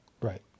Right